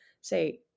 say